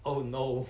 oh no